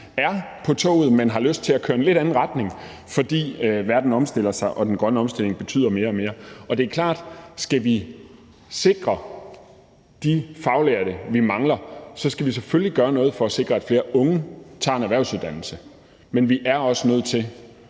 er på toget, men har lyst til at køre i en lidt anden retning, fordi verden omstiller sig og den grønne omstilling betyder mere og mere. Det er klart, at skal vi sikre de faglærte, vi mangler, skal vi selvfølgelig gøre noget for at sikre, at flere unge tager en erhvervsuddannelse, men vi er også nødt til